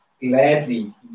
gladly